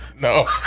No